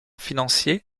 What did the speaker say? financier